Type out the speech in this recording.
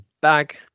bag